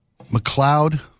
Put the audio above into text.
McLeod